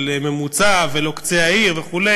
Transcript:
של ממוצע ולא קצה העיר וכו'